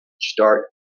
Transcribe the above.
start